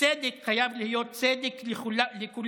צדק חייב להיות צדק לכולם.